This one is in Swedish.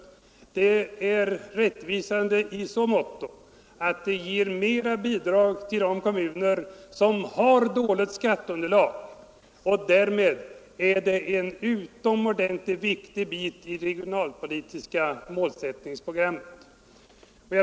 Det är rättvist i så måtto att det ger mer bidrag till de kommuner som har dåligt skatteunderlag, och därmed är det en utomordentligt viktig bit i det regionalpolitiska målsättningsprogrammet.